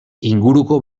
inguruko